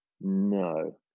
No